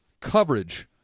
coverage